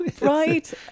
right